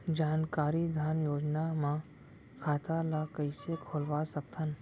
जानकारी धन योजना म खाता ल कइसे खोलवा सकथन?